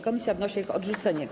Komisja wnosi o ich odrzucenie.